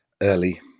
early